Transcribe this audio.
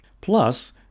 Plus